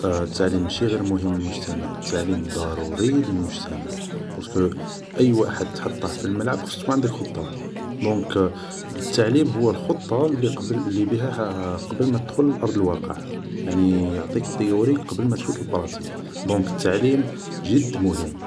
التعليم ماشي غير مهم للمجتمع التعليم ضروري للمجتمع بارسكو أي واحد تحطه في الملعب خص تكون عندك خطة دونك التعليم هو الخطة لي بيها قبل ما تدخل ل أرض الواقع يعني يعطيك تيوريك قبل ما تفوت لبراتيك دونك التعليم جد مهم